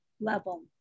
level